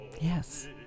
Yes